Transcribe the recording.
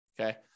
Okay